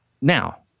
now